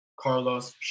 Carlos